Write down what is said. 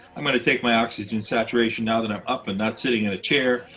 i'm going to take my oxygen saturation now that i'm up and not sitting in a chair.